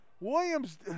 williams